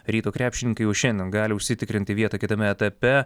ryto krepšininkai jau šiandien gali užsitikrinti vietą kitame etape